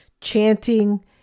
chanting